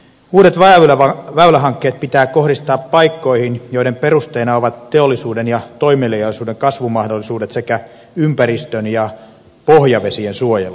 uudet väylähankkeet pitää kohdistaa paikkoihin siten että perusteena ovat teollisuuden ja toimeliaisuuden kasvumahdollisuudet sekä ympäristön ja pohjavesien suojelu